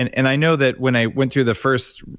and and i know that when i went through the first,